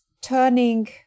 turning